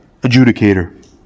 adjudicator